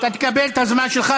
אתה תקבל את הזמן שלך,